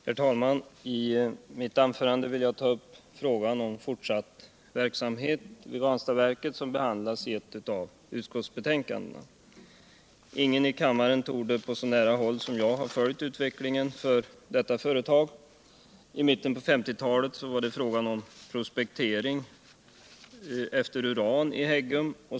Herr talman! I mitt anförande vill jag ta upp frågan om fortsatt verksamhet vid Ranstadsverket, som behandlas i ett av utskottsbetänkandena. Ingen i kammaren torde på så nära håll som jag ha följt utvecklingen inom detta företag. I mitten av 1950-talet var det fråga om prospektering efter uran i Häggum.